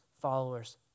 followers